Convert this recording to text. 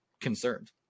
concerned